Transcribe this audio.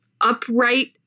upright